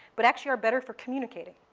but actually are better for communicating.